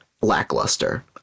lackluster